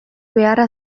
beharra